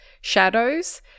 shadows